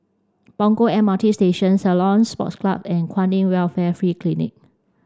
Punggol M R T Station Ceylon Sports Club and Kwan In Welfare Free Clinic